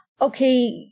okay